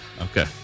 Okay